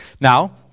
Now